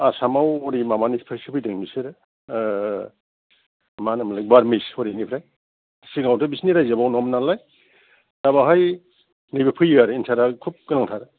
आसामाव हरै माबानिफ्रायसो फैदों बिसोरो मा होनोमोनलाय भारमिस हरैनिफ्राय सिगाङावथ' बिसिनि राइजोआ बाव नङामोन नालाय दा बावहाय नैबे फैयो आरो एनसारा खुब गोनांथार